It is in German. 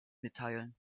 mitteilen